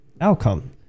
outcome